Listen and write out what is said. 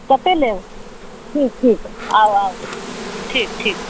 कत्ते लेब ठीक ठीक आउ आउ ठीक ठीक